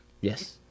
Yes